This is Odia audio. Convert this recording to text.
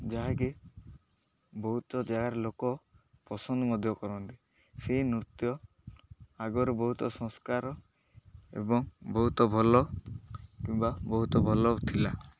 ଯାହାକି ବହୁତ ଜାଗାରେ ଲୋକ ପସନ୍ଦ ମଧ୍ୟ କରନ୍ତି ସେଇ ନୃତ୍ୟ ଆଗରେ ବହୁତ ସଂସ୍କାର ଏବଂ ବହୁତ ଭଲ କିମ୍ବା ବହୁତ ଭଲ ଥିଲା